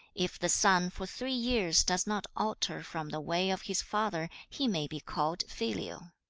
if the son for three years does not alter from the way of his father, he may be called filial